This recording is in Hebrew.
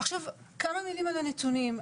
עכשיו כמה מילים על הנתונים.